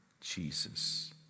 Jesus